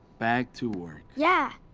back to work. yeah,